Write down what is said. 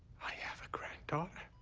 i have a granddaughter.